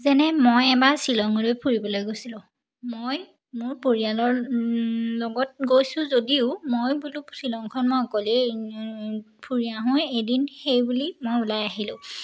যেনে মই এবাৰ শ্বিলঙলৈ ফুৰিবলে গৈছিলোঁ মই মোৰ পৰিয়ালৰ লগত গৈছোঁ যদিও মই বোলো শ্বিলংখন মই অকলেই ফুৰি আহোঁ এদিন সেই বুলি মই ওলাই আহিলোঁ